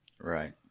Right